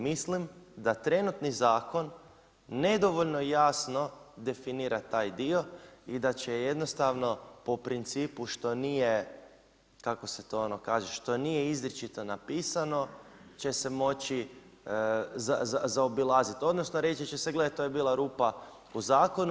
Mislim da trenutni zakon nedovoljno jasno definira taj dio i da će jednostavno po principu što nije kako se to ono kaže, što nije izričito napisano će se moći zaobilaziti, odnosno reći će se gledaj to je bila rupa u zakonu.